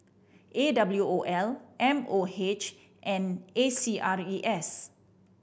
A W O L M O H and A C R E S